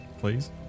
Please